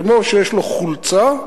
כמו שיש לו חולצה,